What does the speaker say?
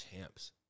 Champs